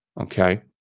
Okay